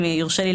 אם יורשה לי,